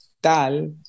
tal